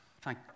Thank